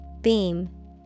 Beam